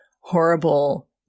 horrible